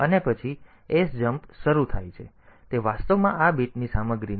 તેથી તે વાસ્તવમાં આ બીટની સામગ્રીને આ પી 1